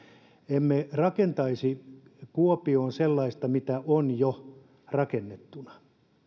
emme rakentaisi kuopioon sellaista mitä on jo rakennettuna